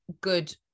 good